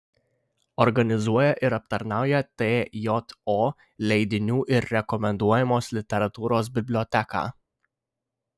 organizuoja ir aptarnauja tjo leidinių ir rekomenduojamos literatūros biblioteką